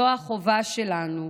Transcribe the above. זו החובה שלנו,